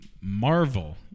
Marvel